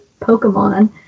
Pokemon